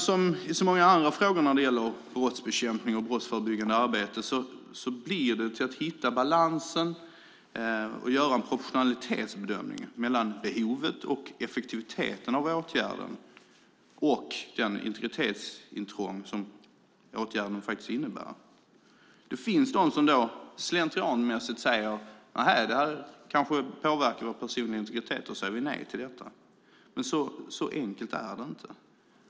Som i så många andra frågor som gäller brottsbekämpning och brottsförebyggande arbete gäller det att hitta en balans och göra en proportionalitetsbedömning mellan behovet och effektiviteten av åtgärden och det integritetsintrång som åtgärden innebär. Det finns de som slentrianmässigt säger: Nehej, det här kanske påverkar den personliga integriteten, och därför säger vi nej till det. Men så enkelt är det inte.